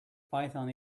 python